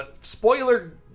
spoiler